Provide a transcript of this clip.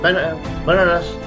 Bananas